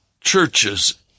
churches